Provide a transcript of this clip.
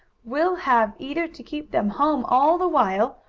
we'll have either to keep them home all the while,